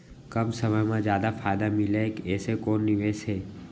कम समय मा जादा फायदा मिलए ऐसे कोन निवेश हे?